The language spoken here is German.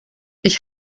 ich